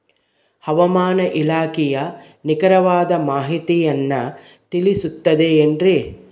ಹವಮಾನ ಇಲಾಖೆಯ ನಿಖರವಾದ ಮಾಹಿತಿಯನ್ನ ತಿಳಿಸುತ್ತದೆ ಎನ್ರಿ?